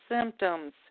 symptoms